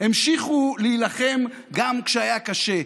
המשיכו להילחם גם כשהיה קשה.